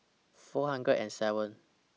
four hundred and seven